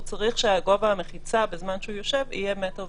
הוא צריך שגובה המחיצה בזמן שהוא יושב יהיה 1.20 מטר.